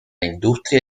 industria